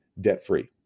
debt-free